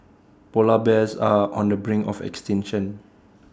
Polar Bears are on the brink of extinction